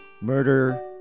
murder